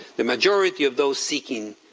the majority of those seeking